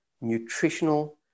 nutritional